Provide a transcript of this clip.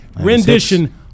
rendition